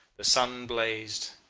the sun blazed.